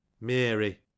mary